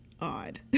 odd